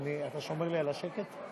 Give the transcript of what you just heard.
אתה שומר לי על השקט?